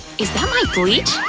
is that my bleach?